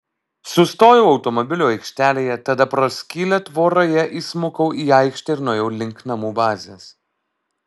sustojau automobilių aikštelėje tada pro skylę tvoroje įsmukau į aikštę ir nuėjau link namų bazės